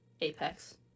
Apex